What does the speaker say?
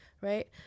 right